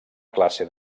classe